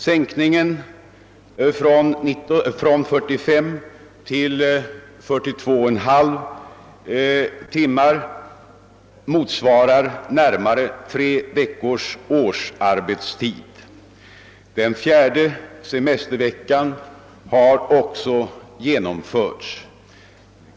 Sänkningen från 45 till 42,5 timmar motsvarar närmare tre veckors årsarbetstid. Den fjärde semesterveckan har också genomförts.